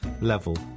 level